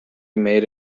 made